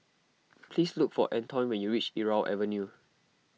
please look for Antoine when you reach Irau Avenue